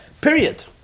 Period